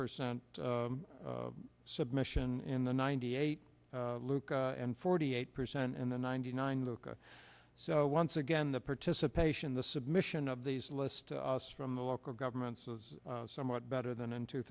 percent submission in the ninety eight luka and forty eight percent in the ninety nine looka so once again the participation the submission of these lists to us from the local governments is somewhat better than in two